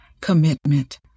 commitment